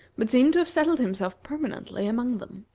but seemed to have settled himself permanently among them.